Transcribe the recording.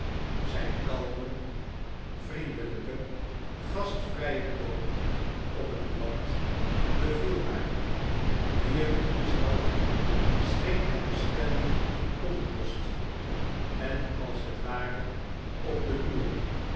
zijn kalme vriendelijke gastvrije toon op het land beviel haar hier in de stad scheen hij bestendig in onrust en als het ware op de loer